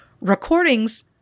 Recordings